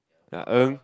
ya Ng